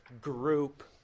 group